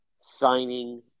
signing